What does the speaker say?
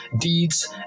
deeds